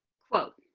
quote,